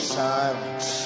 silence